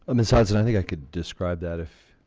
ah miss hanson, i think i could describe that if